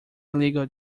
illegal